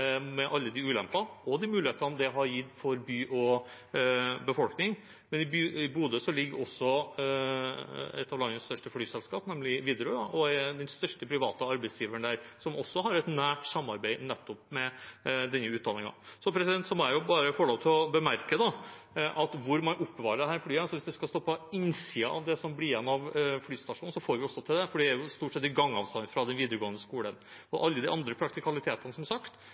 med alle de ulempene og mulighetene det har gitt for by og befolkning. I Bodø ligger også et av landets største flyselskap, nemlig Widerøe. Det er den største private arbeidsgiveren der og har også et nært samarbeid nettopp med denne utdanningen. Jeg må få lov å bemerke når det gjelder hvor man oppbevarer dette flyet, at jeg synes det skal stå på innsiden av det som blir igjen av flystasjonen. Da får vi også til det, for det er stort sett i gangavstand til den videregående skolen. Alle de andre praktikalitetene har man som sagt